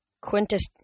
Quintus